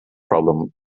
problem